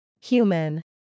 Human